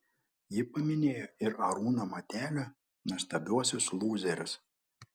ji paminėjo ir arūno matelio nuostabiuosius lūzerius